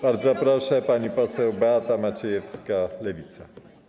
Bardzo proszę, pani poseł Beata Maciejewska, Lewica.